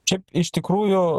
čia iš tikrųjų